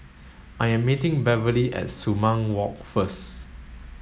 I am meeting Beverley at Sumang Walk first